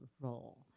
role